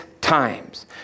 times